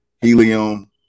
Helium